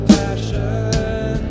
passion